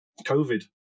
COVID